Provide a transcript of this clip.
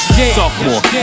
Sophomore